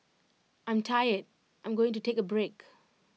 I'm tired I'm going to take A break